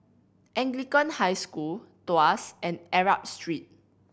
Anglican High School Tuas and Arab Street